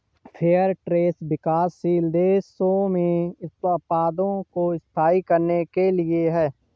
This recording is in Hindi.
फेयर ट्रेड विकासशील देशों में उत्पादकों को स्थायी करने के लिए है